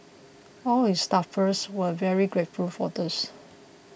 all his staffers were very grateful for this